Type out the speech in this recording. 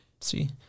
See